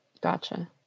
Gotcha